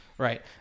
right